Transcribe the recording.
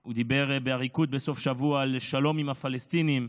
הוא דיבר באריכות בסוף השבוע על שלום עם הפלסטינים.